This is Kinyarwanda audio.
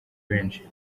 benshi